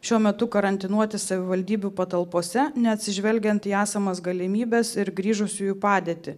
šiuo metu karantinuoti savivaldybių patalpose neatsižvelgiant į esamas galimybes ir grįžusiųjų padėtį